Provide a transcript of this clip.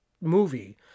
movie